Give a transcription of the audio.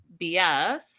BS